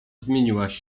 zmieniłaś